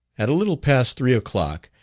at a little past three o'clock,